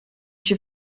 się